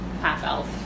half-elf